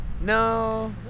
No